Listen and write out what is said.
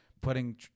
Putting